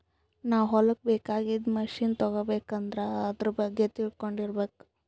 ನಾವ್ ಹೊಲಕ್ಕ್ ಬೇಕಾಗಿದ್ದ್ ಮಷಿನ್ ತಗೋಬೇಕ್ ಅಂದ್ರ ಆದ್ರ ಬಗ್ಗೆ ತಿಳ್ಕೊಂಡಿರ್ಬೇಕ್